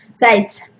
guys